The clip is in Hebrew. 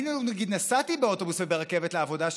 אני נגיד נסעתי באוטובוס וברכבת לעבודה שלי,